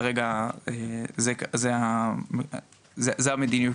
כרגע זה המדיניות.